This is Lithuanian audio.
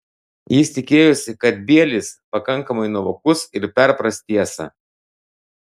jis tikėjosi kad bielis pakankamai nuovokus ir perpras tiesą